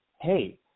hey